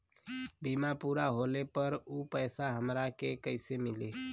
बीमा पूरा होले पर उ पैसा हमरा के कईसे मिली?